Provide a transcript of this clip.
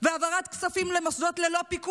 היא סיפרה על קשיי